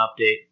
update